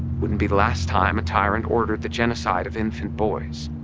wouldn't be the last time a tyrant ordered the genocide of infant boys